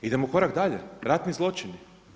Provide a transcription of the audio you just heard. Idemo korak dalje, ratni zločini.